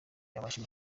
yabasha